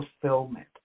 fulfillment